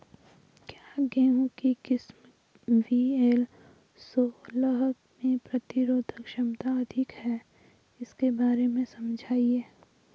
क्या गेहूँ की किस्म वी.एल सोलह में प्रतिरोधक क्षमता अधिक है इसके बारे में समझाइये?